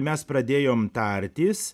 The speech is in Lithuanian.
mes pradėjom tartis